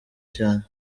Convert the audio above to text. cyane